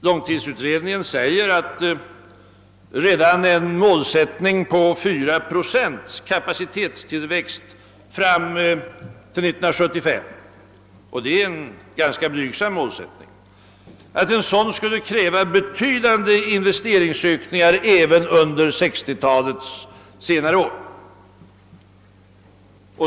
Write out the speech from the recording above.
Långtidsutredningen säger att redan en målsättning på 4 procent kapacitetstillväxt fram till 1975 — det är en ganska blygsam målsättning — skulle kräva betydande investeringsökningar även under 1960-talets senare år.